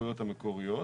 הזכויות המקוריות,